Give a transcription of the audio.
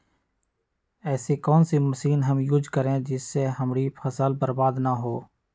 ऐसी कौन सी मशीन हम यूज करें जिससे हमारी फसल बर्बाद ना हो?